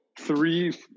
three